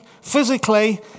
physically